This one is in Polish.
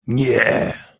nie